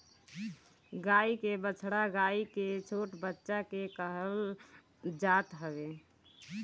गाई के बछड़ा गाई के छोट बच्चा के कहल जात हवे